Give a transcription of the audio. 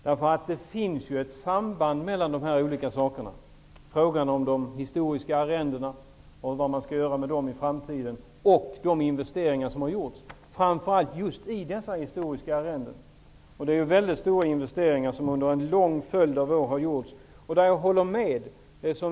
Det finns ju ett samband mellan frågan om de historiska arrendena, vad som skall göras med dem i framtiden, och frågan om de investeringar som framför allt har gjorts i dessa historiska arrenden. Det är mycket stora investeringar som har gjorts under en lång följd av år.